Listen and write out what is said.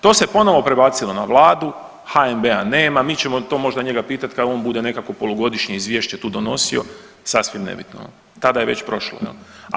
To se ponovo prebacilo na vladu, HNB-a nema, mi ćemo to možda njega pitati kad on bude nekakvo polugodišnje izvješće tu donosio, sasvim nebitno, tada je već prošlo jel.